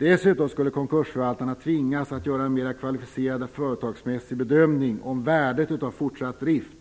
Dessutom skulle konkursförvaltarna tvingas att göra en mer kvalificerad företagsmässig bedömning av värdet av fortsatt drift